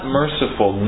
merciful